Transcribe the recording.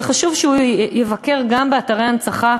וחשוב שהוא יבקר גם באתרי הנצחה,